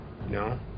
No